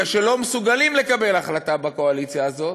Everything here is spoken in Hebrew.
כי לא מסוגלים לקבל החלטה בקואליציה הזאת,